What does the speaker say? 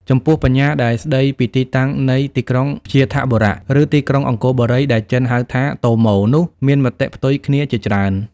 ចំពោះបញ្ញាដែលស្តីពីទីតាំងនៃទីក្រុង វ្យាធបុរៈ ឬ ទីក្រុងអង្គរបូរី ដែលចិន ហៅថា តូមូ នោះ មានមតិផ្ទុយគ្នាជាច្រើន។